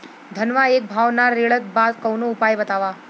धनवा एक भाव ना रेड़त बा कवनो उपाय बतावा?